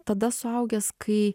tada suaugęs kai